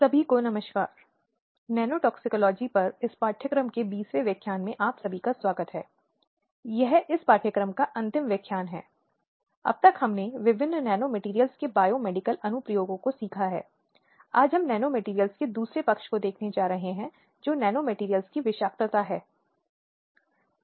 NPTEL NPTEL online प्रमाणीकरण पाठ्यक्रम course on लिंग भेद न्याय और कार्यस्थल सुरक्षा gender justice and workplace security द्वारा प्रो दीपा दुबे राजीव गांधी बौद्धिक संपदा विधि विद्यालय IIT खड़गपुर व्याख्यान 20 विभिन्न एजेंसियों की भूमिका जारी नमस्कार और वापस स्वागत है